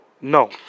No